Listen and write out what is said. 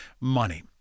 money